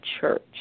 church